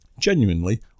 Genuinely